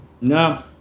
No